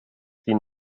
sie